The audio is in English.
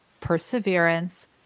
perseverance